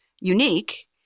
unique